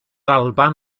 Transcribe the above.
alban